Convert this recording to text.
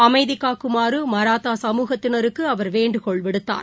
அமைதிகாக்குமாறுமராத்தா சமூகத்தினருக்குஅவர் வேண்டுகோள் விடுத்தார்